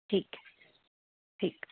ਠੀਕ ਹੈ ਠੀਕ